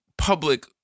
public